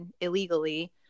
illegally